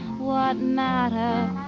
what matter